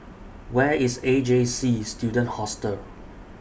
Where IS A J C Student Hostel